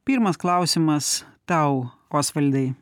pirmas klausimas tau osvaldai